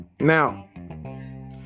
Now